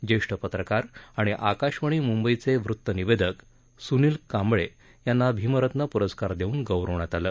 ज्येष्ठ पत्रकार आणि आकाशवाणी मुंबईचे वृत्तनिवेदक सुनील कांबळे यांना भीमरत्न पुरस्कार देऊन गौरवण्यात आलं